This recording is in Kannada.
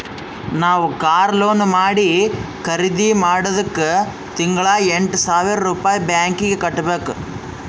ನಾವ್ ಕಾರ್ ಲೋನ್ ಮಾಡಿ ಖರ್ದಿ ಮಾಡಿದ್ದುಕ್ ತಿಂಗಳಾ ಎಂಟ್ ಸಾವಿರ್ ರುಪಾಯಿ ಬ್ಯಾಂಕೀಗಿ ಕಟ್ಟಬೇಕ್